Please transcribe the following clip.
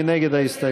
מי נגד ההסתייגות?